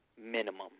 minimum